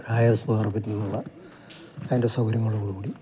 അതായത് സ്ക്വയർ ഫീറ്റിനുള്ള അതിൻ്റെ സൗകര്യങ്ങളോടുകൂടി